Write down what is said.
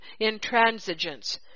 intransigence